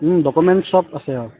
documents সব আছে অঁ